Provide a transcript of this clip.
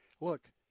look